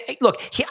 look